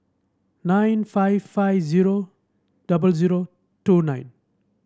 nine five five zero double zero two nine